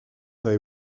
they